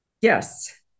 Yes